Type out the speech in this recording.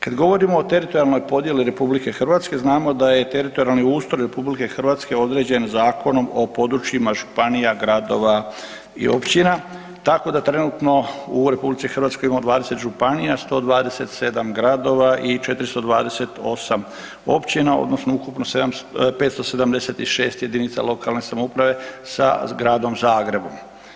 Kad govorimo o teritorijalnoj podjeli RH, znamo da je teritorijalni ustroj RH određen Zakonom o područjima županija, gradova i općina, tako da trenutno u RH imamo 20 županija, 127 gradova i 428 općina odnosno 576 jedinica lokalne samouprave sa Gradom Zagrebom.